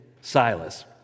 Silas